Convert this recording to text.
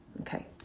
okay